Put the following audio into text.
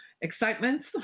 excitements